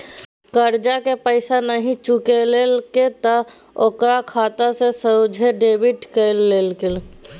करजाक पैसा नहि चुकेलके त ओकर खाता सँ सोझे डेबिट कए लेलकै